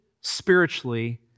spiritually